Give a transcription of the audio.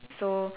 so